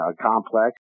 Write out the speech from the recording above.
complex